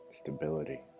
stability